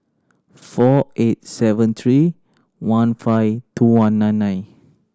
four eight seven three one five two one nine nine